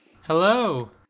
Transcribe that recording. Hello